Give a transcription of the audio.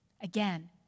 Again